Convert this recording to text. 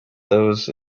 those